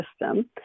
System